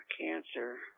Cancer